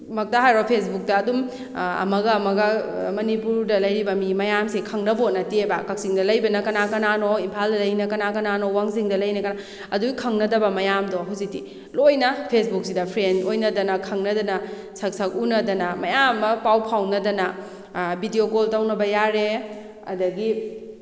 ꯃꯛꯇ ꯍꯥꯏꯔꯣ ꯐꯦꯁꯕꯨꯛꯇ ꯑꯗꯨꯝ ꯑꯃꯒ ꯑꯃꯒ ꯃꯅꯤꯄꯨꯔꯗ ꯂꯩꯔꯤꯕ ꯃꯤ ꯃꯌꯥꯝꯁꯦ ꯈꯪꯅꯄꯣꯠ ꯅꯠꯇꯦꯕ ꯀꯛꯆꯤꯡꯗ ꯂꯩꯕꯅ ꯀꯅꯥ ꯀꯅꯥꯅꯣ ꯏꯝꯐꯥꯜꯗ ꯂꯩꯔꯤꯅ ꯀꯅꯥ ꯀꯅꯥꯅꯣ ꯋꯥꯡꯖꯤꯡꯗ ꯂꯩꯅ ꯀꯅꯥ ꯑꯗꯨꯏ ꯈꯪꯅꯗꯕ ꯃꯌꯥꯝꯗꯣ ꯍꯧꯖꯤꯛꯇꯤ ꯂꯣꯏꯅ ꯐꯦꯁꯕꯨꯛꯁꯤꯗ ꯐ꯭ꯔꯦꯟ ꯑꯣꯏꯅꯗꯅ ꯈꯪꯅꯗꯅ ꯁꯛ ꯁꯛ ꯎꯅꯗꯅ ꯃꯌꯥꯝ ꯑꯃ ꯐꯥꯎ ꯐꯥꯎꯅꯗꯅ ꯚꯤꯗꯤꯑꯣ ꯀꯣꯜ ꯇꯧꯅꯕ ꯌꯥꯔꯦ ꯑꯗꯒꯤ